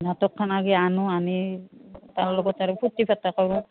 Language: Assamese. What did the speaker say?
নাটকখন আগে আনো আনি তাৰ লগত আৰু ফূৰ্তি ফাৰ্তা কৰোঁ